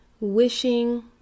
wishing